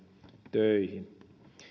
töihin